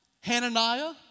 Hananiah